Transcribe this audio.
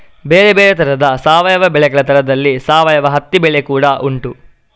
ಬೇರೆ ಬೇರೆ ತರದ ಸಾವಯವ ಬೆಳೆಗಳ ತರದಲ್ಲಿ ಸಾವಯವ ಹತ್ತಿ ಬೆಳೆ ಕೂಡಾ ಉಂಟು